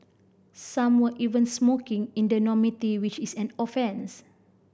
some were even smoking in the dormitory which is an offence